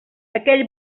aquell